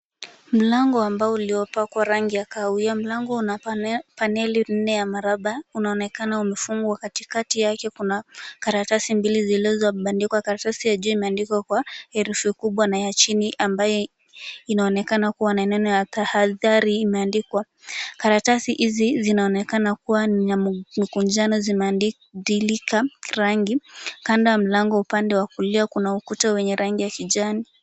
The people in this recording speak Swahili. Mlango wa mbao uliopakwa rangi ya kahawia. Mlango una paneli nne ya mraba, unaonekana umefungwa. Katikati yake kuna karatasi mbili zilizobandikwa. Karatasi ya juu imeandikwa kwa herufi kubwa na ya chini ambayo inaonekana kuwa na neno ya tahadhari imeandikwa. Karatasi hizi zinaonekana kuwa na mkunjano, zimebadilika rangi. Kando ya mlango, upande wa kulia, kuna ukuta wenye rangi ya kijani.